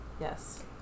yes